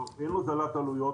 לא, אין הוזלת עלויות